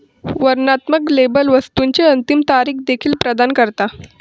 वर्णनात्मक लेबल वस्तुची अंतिम तारीख देखील प्रदान करता